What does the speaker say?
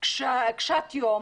קשת יום